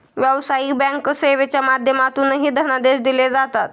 व्यावसायिक बँक सेवेच्या माध्यमातूनही धनादेश दिले जातात